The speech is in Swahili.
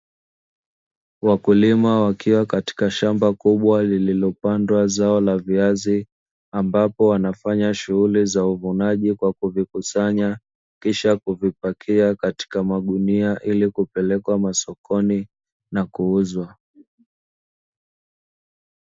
Wakulima wakiwa katika shamba kubwa lililopandwa zao la viazi, ambapo wanafanya shughuli za uvunaji kwa kuvikusanya kisha kuvipakia katika magunia ili kupelekwa masokoni na kuuzwa.